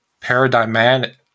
paradigmatic